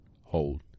Hold